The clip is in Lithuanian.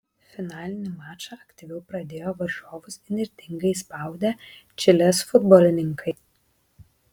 finalinį mačą aktyviau pradėjo varžovus įnirtingai spaudę čilės futbolininkai